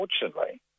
unfortunately